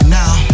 now